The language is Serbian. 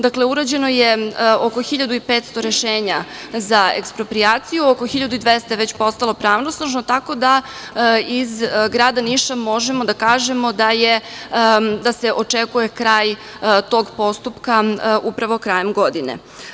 Dakle, urađeno je oko 1.500 rešenja za eksproprijaciju, oko 1.200 je već postalo pravosnažno, tako da iz grada Niša možemo da kažemo da se očekuje kraj tog postupka upravo krajem godine.